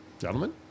Gentlemen